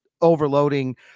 overloading